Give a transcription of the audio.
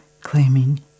claiming